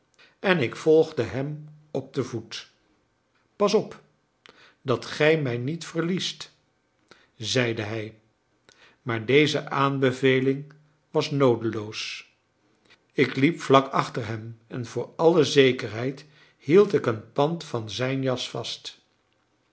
en ik volgde hem op den voet pas op dat gij mij niet verliest zeide hij maar deze aanbeveling was noodeloos ik liep vlak achter hem en voor alle zekerheid hield ik een pand van zijn jas vast